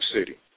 City